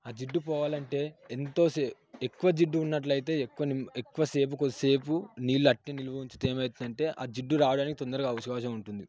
అ జిడ్డు పోవాలంటే ఎంతోసేపు ఎక్కువ జిడ్డు ఉన్నట్లు అయితే ఎక్కువ ఎక్కువసేపు కొద్దిసేపు నీళ్ళు అట్టే నిలువ ఉంచితే ఏమవుతుందంటే ఆ జిడ్డు రావడానికి తొందరగా అవకాశం ఉంటుంది